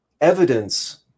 evidence